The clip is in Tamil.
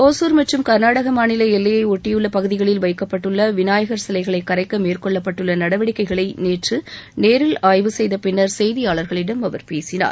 ஒசூர் மற்றும் கர்நாடக மாநில எல்லையை ஒட்டியுள்ள பகுதிகளில் வைக்கப்பட்டுள்ள விநாயகர் சிலைகளை கரைக்க மேற்கொள்ளப்பட்டுள்ள நடவடிக்கைகளை நேற்று நேரில் ஆய்வு செய்த பின்னா் செய்தியாளர்களிடம் அவர் பேசினார்